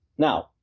Now